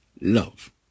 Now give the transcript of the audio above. love